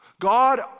God